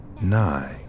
nine